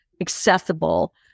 accessible